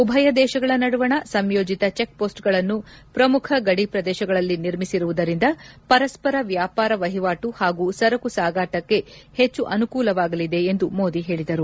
ಉಭಯ ದೇಶಗಳ ನಡುವಣ ಸಂಯೋಜಿತ ಚೆಕ್ಮೋಸ್ಟ್ಗಳನ್ನು ಪ್ರಮುಖ ಗಡಿ ಪ್ರದೇಶಗಳಲ್ಲಿ ನಿರ್ಮಿಸಿರುವುದರಿಂದ ಪರಸ್ವರ ವ್ಚಾಪಾರ ವಹಿವಾಟು ಹಾಗೂ ಸರಕು ಸಾಗಾಟಕ್ಕೆ ಹೆಚ್ಚು ಅನುಕೂಲವಾಗಲಿದೆ ಎಂದು ಮೋದಿ ಹೇಳಿದರು